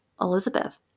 Elizabeth